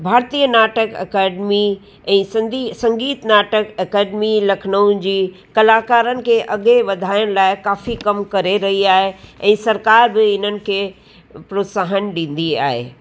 भारतीय नाटक अकैडमी ऐं संधी संगीत नाटक अकेडमी लखनऊ जी कलाकारनि खे अॻिए वधाइण लाइ काफ़ी कमु करे रही आहे ऐं सरकार बि हिननि खे प्रोत्साहन ॾींदी आहे